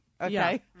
Okay